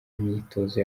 imyitozo